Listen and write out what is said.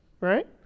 right